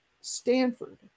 Stanford